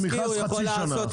זה לפחות חצי שנה.